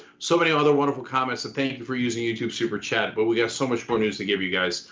so many other wonderful comments and thank you for using youtube super chat but we have so much more news to give you guys,